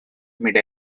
mid